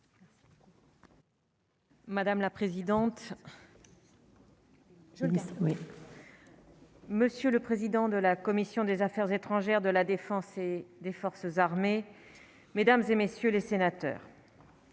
Je laisse oui. Monsieur le président de la commission des Affaires étrangères de la Défense et des forces armées, mesdames et messieurs les sénateurs,